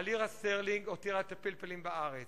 הלירה שטרלינג הותירה את הפלפלים בארץ.